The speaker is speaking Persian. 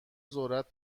ذرت